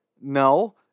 no